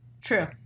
True